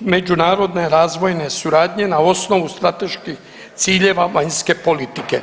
međunarodne razvojne suradnje na osnovu strateških ciljeva vanjske politike.